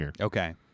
Okay